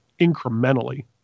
incrementally